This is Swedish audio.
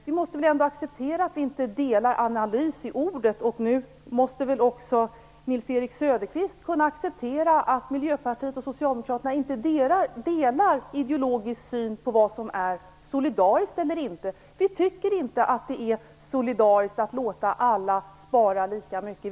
Vi måste väl ändå acceptera att vi i ord inte delar analysen, och nog måste väl också Nils-Erik Söderqvist kunna acceptera att Miljöpartiet och Socialdemokraterna inte delar ideologisk syn på vad som är solidariskt eller inte. Vi i Miljöpartiet tycker inte att det är solidariskt att låta alla spara lika mycket.